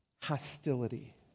hostility